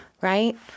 Right